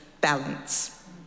balance